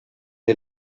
est